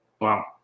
Wow